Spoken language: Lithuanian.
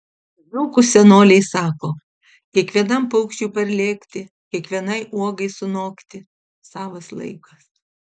dzūkų senoliai sako kiekvienam paukščiui parlėkti kiekvienai uogai sunokti savas laikas